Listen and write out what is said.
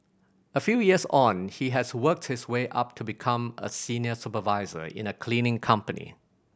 a few years on he has worked his way up to become a senior supervisor in a cleaning company